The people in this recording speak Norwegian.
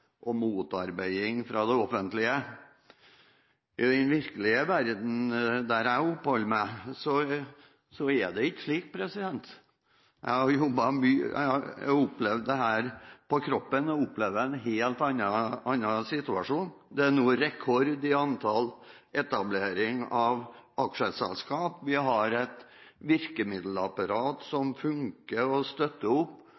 og motarbeiding fra det offentlige. I den virkelige verden, der jeg oppholder meg, er det ikke slik. Jeg har opplevd dette på kroppen, og opplever en helt annen situasjon. Det er nå rekord i antall etableringer av aksjeselskap. Vi har et virkemiddelapparat som funker og støtter opp.